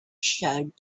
showed